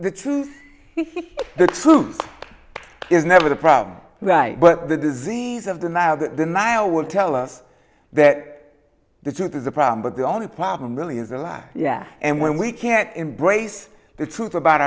the truth if the truth is never the problem but the disease of the now the nile will tell us that the truth is a problem but the only problem really is a lie yeah and when we can't embrace the truth about